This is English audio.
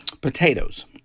potatoes